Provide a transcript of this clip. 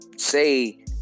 say